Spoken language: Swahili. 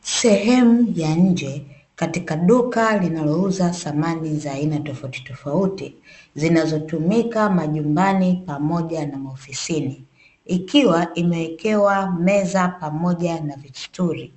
Sehemu ya nje katika duka linalouza samani za aina tofautitofauti zinazotumika majumbani pamoja na maofisini, ikiwa imewekewa meza pamoja na vistuli